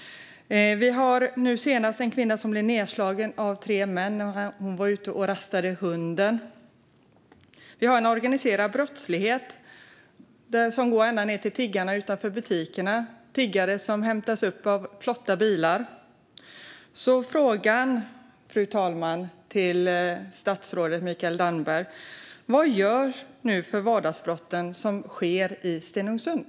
Nu senast har vi en kvinna som blev nedslagen av tre män när hon var ute och rastade hunden. Vi har en organiserad brottslighet som går ända ned till tiggarna utanför butikerna - tiggare som hämtas upp i flotta bilar. Frågan till statsrådet Mikael Damberg, fru talman, är: Vad görs gällande de vardagsbrott som sker i Stenungsund?